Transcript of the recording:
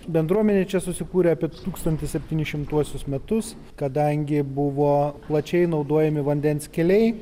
bendruomenė čia susikūrė apie tūkstantis septyni šimtuosius metus kadangi buvo plačiai naudojami vandens keliai